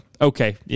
okay